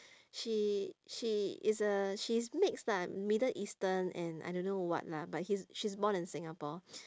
she she is a she's mixed lah middle eastern and I don't know what lah but he's she's born in singapore